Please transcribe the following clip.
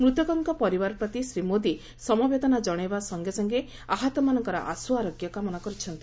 ମୃତକଙ୍କ ପରିବାର ପ୍ରତି ଶ୍ରୀ ମୋଦି ସମବେଦନା ଜଣାଇବା ସଙ୍ଗେ ସଙ୍ଗେ ଆହତମାନଙ୍କର ଆଶୁ ଆରୋଗ୍ୟ କାମନା କରିଛନ୍ତି